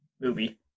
Movie